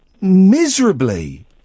miserably